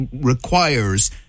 requires